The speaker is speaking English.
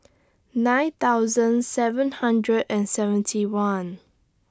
nine thousand seven hundred and seventy one